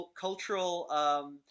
cultural